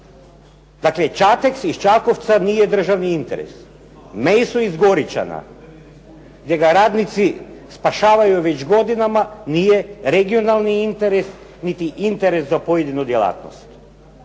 Dakle, "Čateks" iz Čakovca nije državni interes. "Meiso" iz Goričana gdje ga radnici spašavaju već godinama nije regionalni interes niti interes za pojedinu djelatnost